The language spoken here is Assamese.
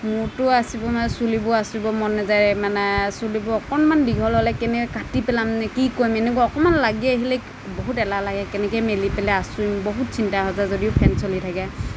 মূৰটো আঁচুৰিব মানে চুলিবোৰ আঁচুৰিব মন নাযায় মানে চুলিবোৰ অকণমান দীঘল হ'লেই কেনে কাটি পেলাম নে কি কৰিম এনেকুৱা অকমান লাগি আহিলেই বহুত এলাহ লাগে কেনেকে মেলি পেলাই আঁচুৰিম বহুত চিন্তা হৈ যায় যদিও ফেন চলি থাকে